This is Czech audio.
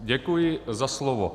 Děkuji za slovo.